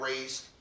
raised